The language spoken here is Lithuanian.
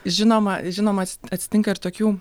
žinoma žinoma atsitinka ir tokių